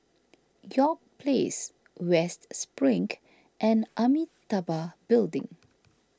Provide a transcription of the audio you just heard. York Place West Spring and Amitabha Building